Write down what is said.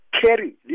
carry